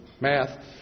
math